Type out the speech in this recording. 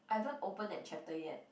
I haven't open that chapter yet